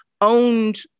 owned